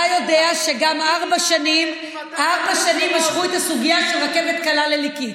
אתה יודע שגם ארבע שנים משכו את הסוגיה של רכבת קלה לליקית,